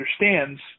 understands